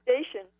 station